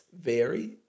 vary